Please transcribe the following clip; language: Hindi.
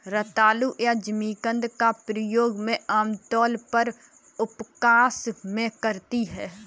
रतालू या जिमीकंद का प्रयोग मैं आमतौर पर उपवास में करती हूँ